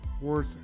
worth